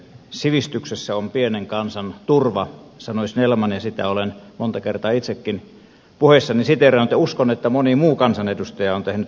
sivistyksessä on pienen kansan turva sanoi snellman ja sitä olen monta kertaa itsekin puheissani siteerannut ja uskon että moni muu kansanedustaja on tehnyt samalla tavalla